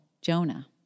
Jonah